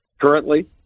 currently